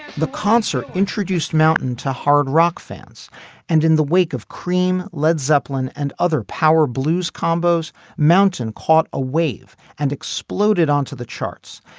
the concert introduced mountain to hard rock fans and in the wake of creem led zeppelin and other power blues combos mountain caught a wave and exploded onto the charts.